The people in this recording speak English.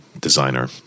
designer